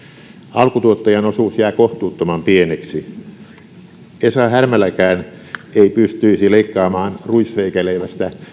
alkutuottajan osuus jää kohtuuttoman pieneksi esa härmäläkään ei pystyisi leikkaamaan ruisreikäleivästä